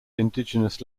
indigenous